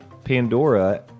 pandora